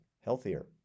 healthier